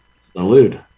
salute